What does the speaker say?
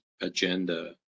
agenda